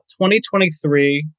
2023